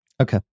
Okay